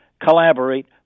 collaborate